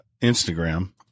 instagram